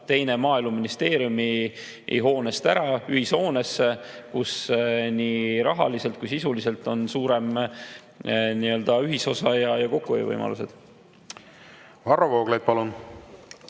teine Maaeluministeeriumi hoonest ära ühishoonesse, kus nii rahaliselt kui ka sisuliselt on suurem ühisosa ja kokkuhoiu võimalused. Varro Vooglaid, palun!